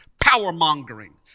power-mongering